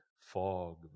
fog